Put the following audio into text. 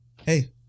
hey